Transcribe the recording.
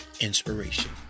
inspiration